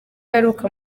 aheruka